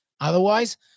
Otherwise